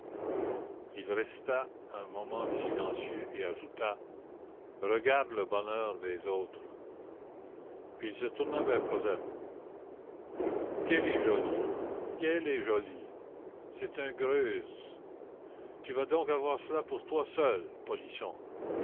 il resta un moment silencieux et ajouta regarde le bonheur des autres puis il se tourna vers cosette qu'elle est jolie qu'elle est jolie c'est un greuze tu vas donc avoir cela pour toi seul polisson